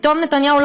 פתאום נתניהו,